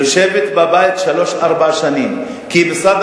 יושבת בבית שלוש-ארבע שנים כי למשרד